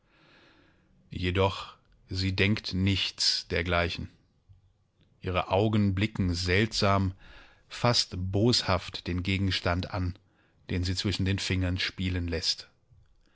jedoch sie denkt nichts dergleichen ihre augen blicken seltsam fast boshaft den gegenstand an den sie zwischen den fingern spielen läßt